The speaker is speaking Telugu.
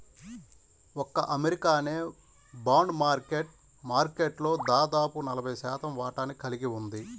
ఒక్క అమెరికానే బాండ్ మార్కెట్ మార్కెట్లో దాదాపు నలభై శాతం వాటాని కలిగి ఉంది